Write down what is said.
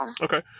okay